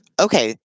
Okay